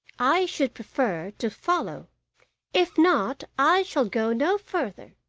i should prefer to follow if not i shall go no further.